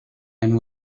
and